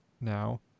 now